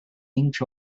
inch